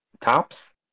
tops